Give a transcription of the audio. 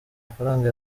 mafaranga